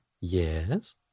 Yes